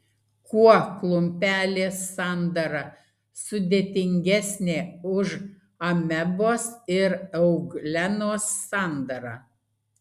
kuo klumpelės sandara sudėtingesnė už amebos ir euglenos sandarą